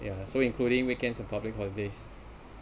ya so including weekends and public holidays